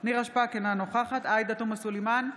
נירה שפק, אינה נוכחת עאידה תומא סלימאן,